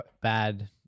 bad